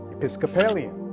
episcopalian,